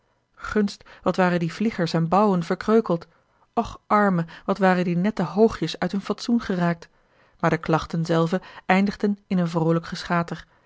gunst wat waren die vliegers en bouwen verkreukeld och arme wat waren die nette hoogjes uit hun fatsoen geraakt maar de klachten zelven eindigden in een vroolijk geschater